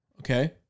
Okay